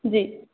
जी